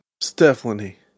Stephanie